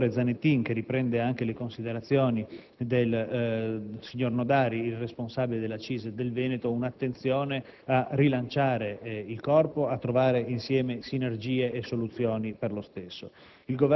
senatore Zanettin, che riprende le considerazioni del signor Nodari, responsabile della CISL del Veneto, un'attenzione a rilanciare il Corpo e a trovare, insieme, sinergie e soluzioni per lo stesso.